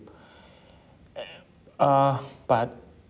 err uh but